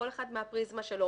כל אחד מהפריזמה שלו,